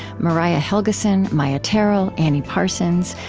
mariah helgeson, maia tarrell, annie parsons,